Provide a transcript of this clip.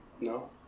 No